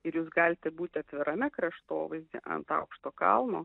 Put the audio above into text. ir jūs galite būti atvirame kraštovaizdyje ant aukšto kalno